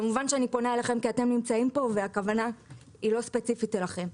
כמובן שאני פונה אליכם כי אתם נמצאים פה והכוונה היא לא ספציפית אליכם.